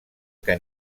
que